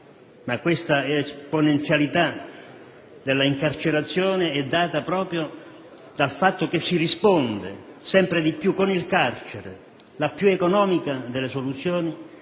ma questa esponenzialità della incarcerazione è data proprio dal fatto che si risponde sempre più col carcere, la più economica delle soluzioni,